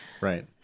Right